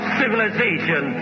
civilization